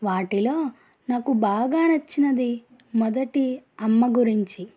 వాటిలో నాకు బాగా నచ్చినది మొదటి అమ్మ గురించి